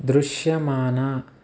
దృశ్యమాన